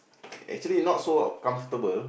actually not so comfortable